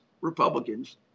Republicans